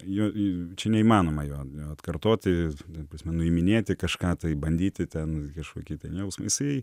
jo čia neįmanoma jo jo atkartoti prasme nuiminėti kažką tai bandyti ten kažkokį ten jausmą jisai